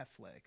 Netflix